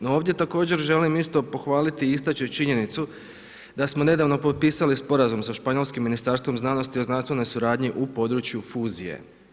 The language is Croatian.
No ovdje također želim isto pohvaliti i istaći činjenicu da smo nedavno potpisali sporazum sa španjolskim Ministarstvom znanosti o znanstvenoj suradnji u području fuzije.